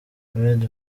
red